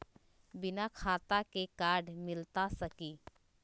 बिना खाता के कार्ड मिलता सकी?